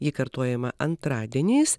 ji kartojama antradieniais